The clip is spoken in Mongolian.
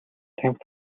тамхи